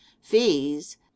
Fees